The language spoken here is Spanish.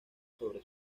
sobre